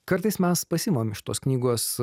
kartais mes pasiimam iš tos knygos